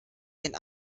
den